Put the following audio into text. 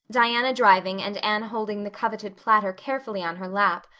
diana driving and anne holding the coveted platter carefully on her lap,